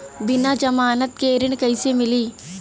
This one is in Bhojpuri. बिना जमानत के ऋण कईसे मिली?